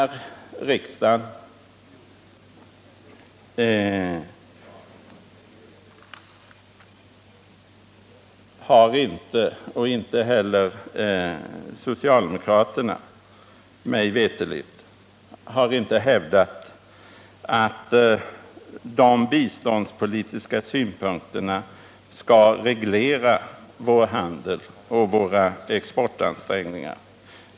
Riksdagen har inte — inte heller socialdemokraterna, mig veterligt — hävdat att de biståndspolitiska synpunkterna skall reglera vår handel och våra exportansträngningar.